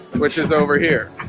which is over here